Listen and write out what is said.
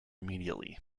immediately